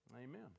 Amen